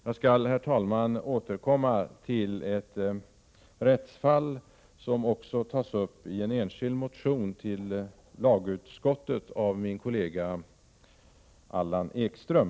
Jag skall, herr talman, återkomma till ett rättsfall, som också tas upp i en enskild motion till lagutskottet av min kollega Allan Ekström.